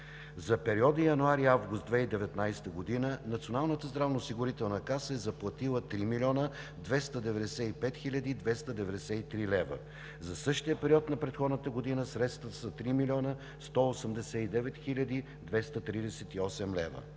За периода януари – август 2019 г. Националната здравноосигурителна каса е заплатила 3 млн. 293 хил. 293 лв. За същия период на предходната година средствата са 3 млн. 189 хил. 238 лв.